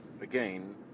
...again